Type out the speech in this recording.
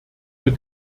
wir